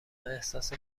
احساس